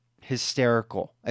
hysterical